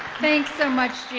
thanks so much,